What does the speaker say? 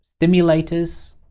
stimulators